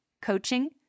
coaching